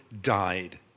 died